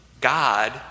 God